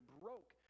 broke